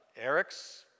Eric's